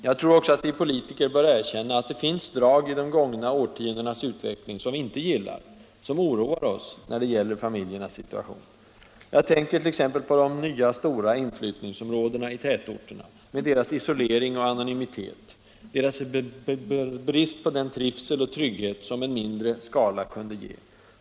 Jag tror också att vi politiker bör erkänna, att det finns drag i de gångna årtiondenas utveckling som vi inte gillar och som oroar oss, när det gäller familjernas situation. Jag tänker t.ex. på de nya stora inflyttningsområdena i tätorterna, med deras isolering och anonymitet, deras brist på den trivsel och trygghet som en mindre skala kunde ge.